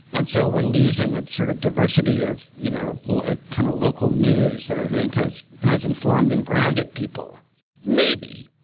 and so we're losing the and sort of diversity of you know like kind of local news that i think has has informed and grounded people maybe,